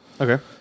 Okay